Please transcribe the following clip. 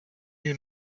you